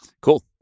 Cool